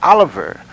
Oliver